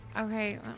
Okay